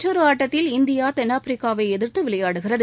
மற்றொரு ஆட்டத்தில் இந்தியா தென்னாப்பிரிக்காவை எதிர்த்து விளையாடுகிறது